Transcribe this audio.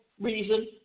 reason